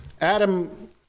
Adam